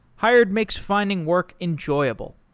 hired makes finding work enjoyable.